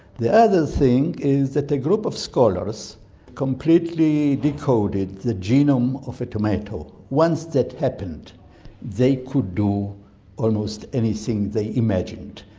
the other thing is that a group of scholars completely decoded the genome of a tomato. once that happened they could do almost anything they imagined,